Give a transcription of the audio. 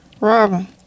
Robin